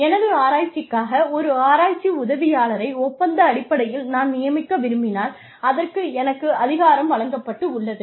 எனது ஆராய்ச்சிக்காக ஒரு ஆராய்ச்சி உதவியாளரை ஒப்பந்த அடிப்படையில் நான் நியமிக்க விரும்பினால் அதற்கு எனக்கு அதிகாரம் வழங்கப்பட்டுள்ளது